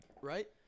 right